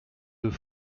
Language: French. deux